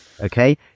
okay